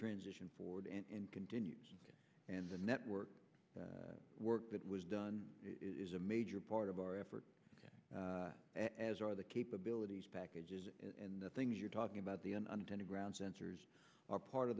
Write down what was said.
transition forward and continues and the network work that was done is a major part of our effort as are the capabilities packages and the things you're talking about the unintended ground sensors are part of